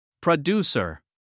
Producer